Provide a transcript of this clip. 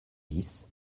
dix